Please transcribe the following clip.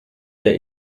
der